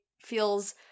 feels